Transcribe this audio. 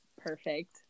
perfect